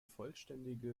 vollständige